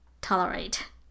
tolerate